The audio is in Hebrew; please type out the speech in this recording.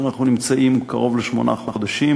אנחנו נמצאים קרוב לשמונה חודשים,